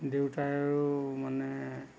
দেউতাই আৰু মানে